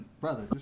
brother